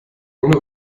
ohne